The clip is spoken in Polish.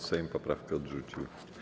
Sejm poprawkę odrzucił.